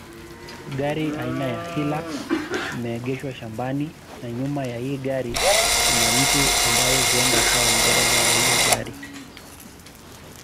Gari aina ya 'Hilux' imeegezwa shambani na nyuma ya hii gari kuna mtu ambaye huenda akawa dereva wa hiyo gari.